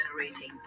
generating